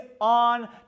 on